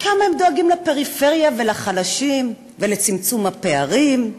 כמה הם דואגים לפריפריה ולחלשים ולצמצום הפערים.